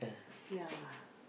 ya